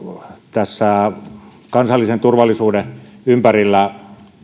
tässä kansallisen turvallisuuden ympärillä